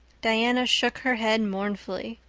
diana shook her head mournfully.